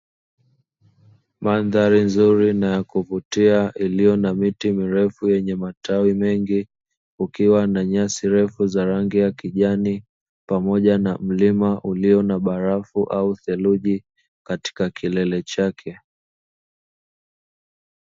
Mandhari nzuri na ya kuvutia iliyo na miti mirefu yenye matawi mengi, kukiwa na nyasi refu za rangi ya kijani pamoja na mlima ulio na barafu au theluji katika kilele chake.